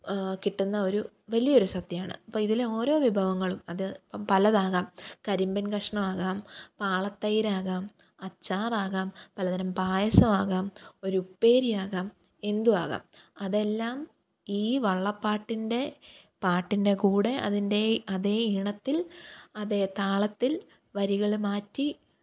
കിട്ടുന്ന ഒരു വലിയൊരു സദ്യയാണ് അപ്പം ഇതിലെ ഓരോ വിഭവങ്ങളും അത് പലതാകാം കരിമ്പിന് കഷ്ണമാകാം പാളത്തൈരാകാം അച്ചാറാകാം പലതരം പായസമാകാം ഒരുപ്പേരിയാകാം എന്തുമാകാം അതെല്ലാം ഈ വള്ളപ്പാട്ടിന്റെ പാട്ടിന്റെ കൂടെ അതിന്റെ അതേ ഈണത്തില് അതേ താളത്തില് വരികൾ മാറ്റി